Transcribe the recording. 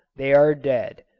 they are dead,